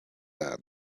that